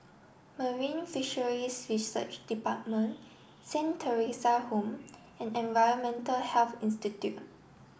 Marine Fisheries Research Department Saint Theresa Home and Environmental Health Institute